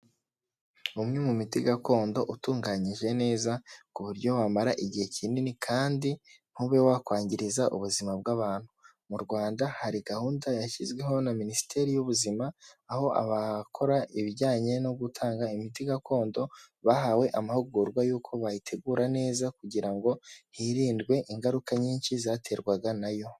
Umwe mu miti gakondo utunganyije neza ku buryo wamara igihe kinini kandi ntube wakwangiza ubuzima bw'abantu, mu Rwanda hari gahunda yashyizweho na Minisiteri y'ubuzima, aho abakora ibijyanye no gutanga imiti gakondo bahawe amahugurwa y'uko bayitegura neza, kugira ngo hirindwe ingaruka nyinshi zaterwaga na yo.